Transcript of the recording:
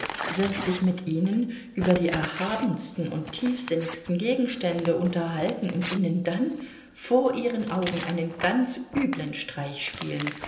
wird sich mit ihnen über die erhabensten und tiefsinnigsten gegenstände unterhalten und ihnen dann vor ihren augen einen ganz üblen streich spielen